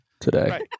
today